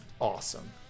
awesome